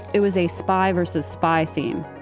it was a spy versus spy theme.